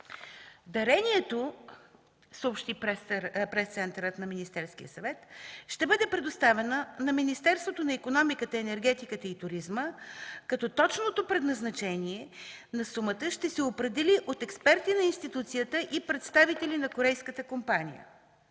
Дарението, съобщи Пресцентърът на Министерския съвет, ще бъде предоставено на Министерството на икономиката, енергетиката и туризма, като точното предназначение на сумата ще се определи от експерти на институцията и представители на корейската компания.